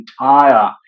entire